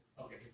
Okay